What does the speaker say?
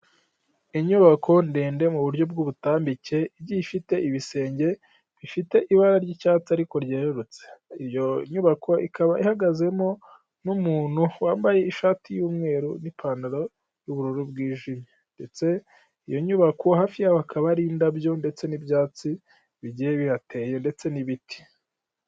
Inyubako ndende mu buryo bw'ubutambike igiye ifite ibisenge bifite ibara ry'icyatsi ariko ryarurutse, ikaba ihagazemo n'umuntu wambaye ishati y'umweru n'ipantaro ubururu bwijimye, ndetse iyo nyubako hafi habakaba hari indabyo ndetse n'ibyatsi bigiye bihateye ndetse n'ibiti.